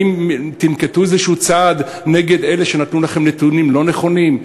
האם תנקטו צעד כלשהו נגד אלה שנתנו לכם נתונים לא נכונים,